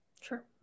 Sure